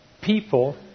people